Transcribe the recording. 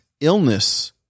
illness